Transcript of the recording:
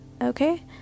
okay